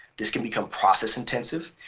this can become process intensive,